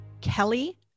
Kelly